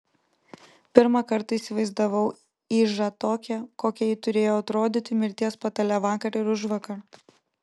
pirmą kartą įsivaizdavau ižą tokią kokia ji turėjo atrodyti mirties patale vakar ir užvakar